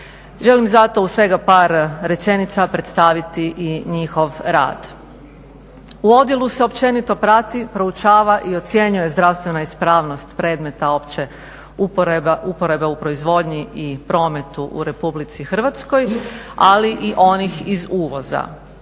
Želim zato u svega par rečenica predstaviti i njihov rad. U odjelu se općenito prati, proučava i ocjenjuje zdravstvena ispravnost predmeta opće uporabe u proizvodnji i prometu u RH, ali i onih iz uvoza.